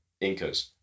Incas